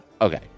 Okay